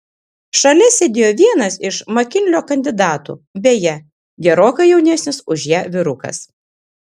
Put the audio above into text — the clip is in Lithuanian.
šalia sėdėjo vienas iš makinlio kandidatų beje gerokai jaunesnis už ją vyrukas